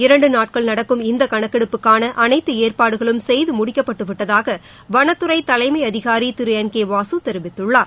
இரண்டு நாட்கள் நடக்கும் இந்த கணக்கெடுப்புக்கான அனைத்து ஏற்பாடுகளும் செய்து முடிக்கப்பட்டு விட்டதாக வனத்துறை தலைமை அதிகாரி திரு என் கே வாசு தெரிவித்துள்ளார்